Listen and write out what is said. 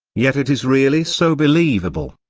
yet it is really so believable.